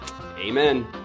Amen